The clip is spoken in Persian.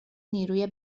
نیروی